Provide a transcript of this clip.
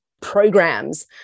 programs